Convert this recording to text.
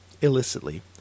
illicitly